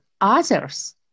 others